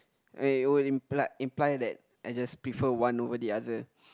it would imply imply that I just prefer one over the other